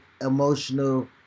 emotional